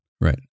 right